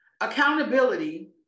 Accountability